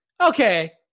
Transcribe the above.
okay